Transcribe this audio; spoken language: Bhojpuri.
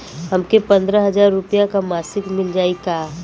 हमके पन्द्रह हजार रूपया क मासिक मिल जाई का?